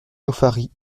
nauphary